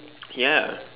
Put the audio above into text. ya